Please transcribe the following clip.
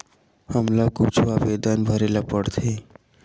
हमला कुछु आवेदन भरेला पढ़थे?